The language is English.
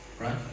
right